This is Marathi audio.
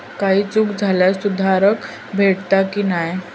काही चूक झाल्यास सुधारक भेटता की नाय?